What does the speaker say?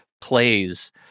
plays